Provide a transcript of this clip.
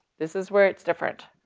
this is where it's different.